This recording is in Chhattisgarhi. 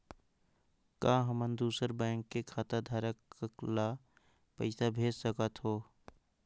का हमन दूसर बैंक के खाताधरक ल पइसा भेज सकथ हों?